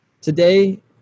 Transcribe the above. Today